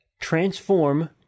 transform